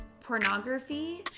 pornography